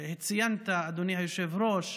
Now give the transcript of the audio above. שציינת, אדוני היושב-ראש,